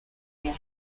their